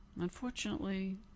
Unfortunately